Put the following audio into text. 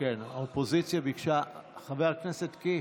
האופוזיציה ביקשה, חבר הכנסת קיש,